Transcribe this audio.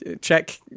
check